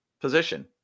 position